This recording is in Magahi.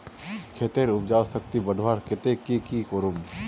खेतेर उपजाऊ शक्ति बढ़वार केते की की करूम?